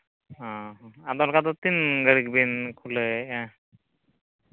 ᱦᱮᱸ ᱫᱳᱠᱟᱱ ᱫᱚ ᱛᱤᱱᱜᱷᱟᱹᱲᱤᱡ ᱵᱤᱱ ᱠᱷᱩᱞᱟᱹᱣᱮᱫᱼᱟ